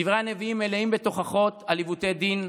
דברי הנביאים מלאים בתוכחות על עיוותי דין,